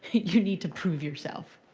you need to prove yourself.